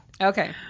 Okay